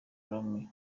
ronnie